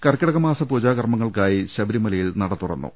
കർക്കിടകമാസ പൂജകർമങ്ങൾക്കായി ശബരിമലയിൽ നട തുറന്നു